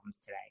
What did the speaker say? today